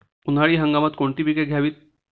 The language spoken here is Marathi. उन्हाळी हंगामात कोणती पिके घ्यावीत?